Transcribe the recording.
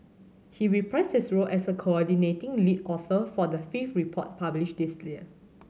he reprised his role as a coordinating lead author for the fifth report published this year